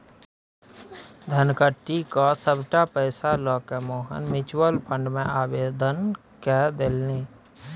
धनकट्टी क सभटा पैसा लकए मोहन म्यूचुअल फंड मे आवेदन कए देलनि